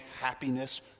happiness